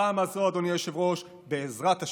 הפעם הזאת, אדוני היושב-ראש, בעזרת השם,